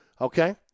Okay